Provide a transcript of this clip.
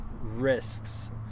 risks